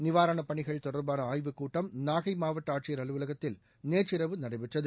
நிவாரணப் பணிகள் தொடர்பான ஆய்வுக்கூட்டம் நாகை மாவட்ட ஆட்சியர் அலுவலகத்தில் நேற்றிரவு நடைபெற்றது